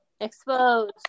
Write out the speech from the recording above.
Exposed